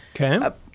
Okay